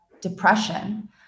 depression